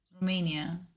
Romania